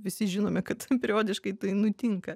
visi žinome kad periodiškai tai nutinka